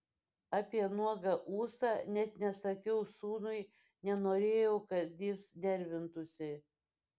apie nuogą ūsą net nesakiau sūnui nenorėjau kad jis nervintųsi